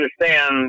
understand